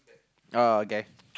oh okay